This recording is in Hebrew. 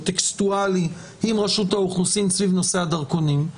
או טקסטואלי עם רשות האוכלוסין סביב נושא הדרכונים.